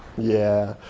yeah,